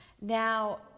now